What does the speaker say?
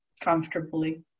comfortably